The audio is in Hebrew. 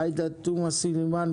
עאידה תומא סלימאן,